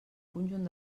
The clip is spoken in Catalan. conjunt